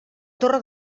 torre